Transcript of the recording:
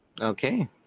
Okay